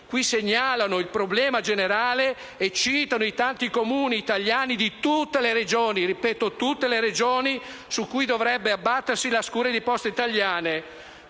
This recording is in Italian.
segnalano qui il problema generale e citano i tanti Comuni italiani di tutte le Regioni - ripeto, tutte le Regioni - su cui dovrebbe abbattersi la scure di Poste italiane.